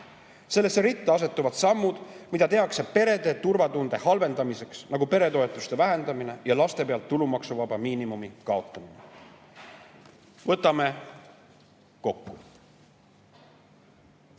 Sellesse ritta asetuvad sammud, mida tehakse perede turvatunde halvendamiseks, nagu peretoetuste vähendamine ja laste pealt tulumaksuvaba miinimumi kaotamine. Võtame kokku.